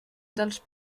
dels